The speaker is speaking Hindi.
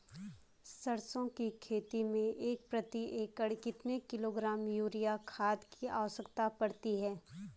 सरसों की खेती में प्रति एकड़ कितने किलोग्राम यूरिया खाद की आवश्यकता पड़ती है?